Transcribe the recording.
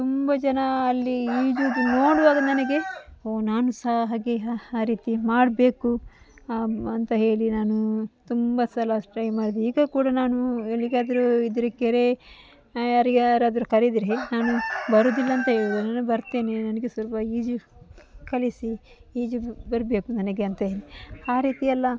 ತುಂಬ ಜನ ಅಲ್ಲಿ ಈಜುವುದು ನೋಡುವಾಗ ನನಗೆ ಓ ನಾನು ಸಹ ಹಾಗೇ ಹಾ ಆ ರೀತಿ ಮಾಡಬೇಕು ಅಂತ ಹೇಳಿ ನಾನು ತುಂಬ ಸಲ ಟ್ರೈ ಮಾಡಿದೆ ಈಗ ಕೂಡ ನಾನು ಎಲ್ಲಿಗಾದರು ಇದ್ದರೆ ಕೆರೆ ಯಾರಿಗಾರಾದ್ರೂ ಕರೆದ್ರೆ ನಾನು ಬರುವುದಿಲ್ಲ ಅಂತ ಹೇಳುವುದಿಲ್ಲ ಬರ್ತೇನೆ ನನಗೆ ಸ್ವಲ್ಪ ಈಜು ಕಲಿಸಿ ಈಜು ಬರಬೇಕು ನನಗೆ ಅಂತ ಹೇಳಿ ಆ ರೀತಿಯೆಲ್ಲ